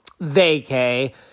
vacay